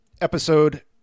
episode